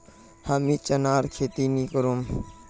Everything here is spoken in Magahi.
हमीं चनार खेती नी करुम